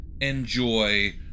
enjoy